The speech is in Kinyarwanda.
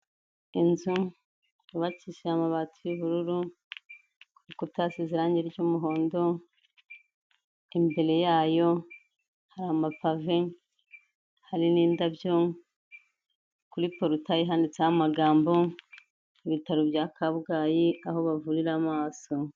Inzu yubakishije amabati y'ubururu, ku bikuta hasize irange ry'umuhondo, imbere yayo hari amapave hari n'indabyo, kuri porutaye handitseho amagambo, ibitaro bya Kabgayi aho bavurira amaso.